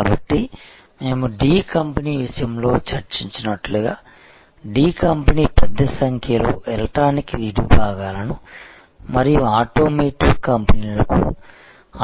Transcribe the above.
కాబట్టి మేము D company విషయంలో చర్చించినట్లుగా D కంపెనీ పెద్ద సంఖ్యలో ఎలక్ట్రానిక్ విడిభాగాలను మరియు ఆటోమోటివ్ కంపెనీలకు